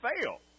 fail